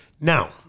now